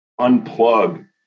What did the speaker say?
Unplug